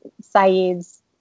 Saeed's